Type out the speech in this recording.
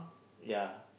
ya